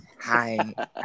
Hi